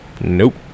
Nope